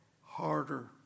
harder